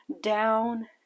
down